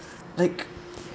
like